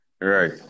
Right